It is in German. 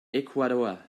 ecuador